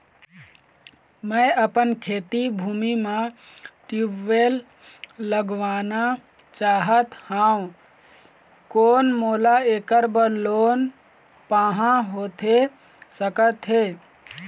मैं अपन खेती भूमि म ट्यूबवेल लगवाना चाहत हाव, कोन मोला ऐकर बर लोन पाहां होथे सकत हे?